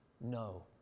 no